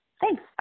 Thanks